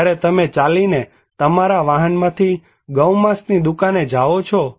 જ્યારે તમે ચાલીને તમારા વાહનમાંથી ગૌમાંસની દુકાને જાઓ છો